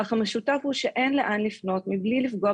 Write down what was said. אך המשותף הוא שאין לאן לפנות מבלי לפגוע